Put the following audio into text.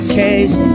case